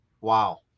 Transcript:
wow